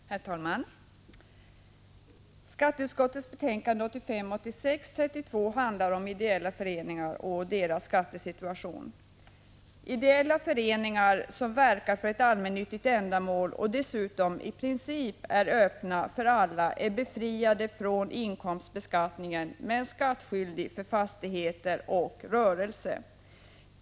Herr talman! Skatteutskottets betänkande 1985/86:32 handlar om ideella föreningar och deras skattesituation. Ideella föreningar som verkar för ett 113 allmännyttigt ändamål och dessutom i princip är öppna för alla är befriade från inkomstbeskattningen, men är skattskyldiga för fastigheter och rörelse.